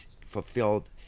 fulfilled